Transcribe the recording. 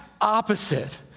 opposite